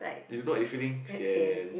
you you don't know what you feeling sian